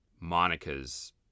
Monica's